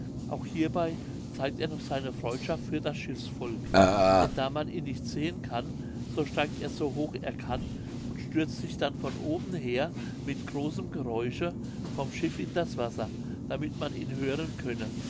auch hierbei zeigt er noch seine freundschaft für das schiffsvolk denn da man ihn nicht sehen kann so steigt er so hoch er kann und stürzt sich dann von oben her mit großem geräusche vom schiff in das wasser damit man ihn hören könne